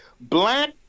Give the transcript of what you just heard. Black